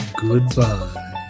Goodbye